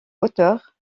hauteur